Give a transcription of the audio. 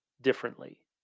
differently